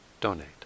donate